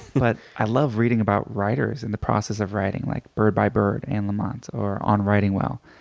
but i love reading about writers and the process of writing. like bird by bird, anne lamott, or on writing well,